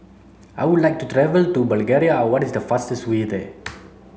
I would like to travel to Bulgaria what is the fastest way there